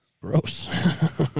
Gross